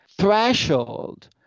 threshold